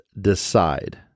decide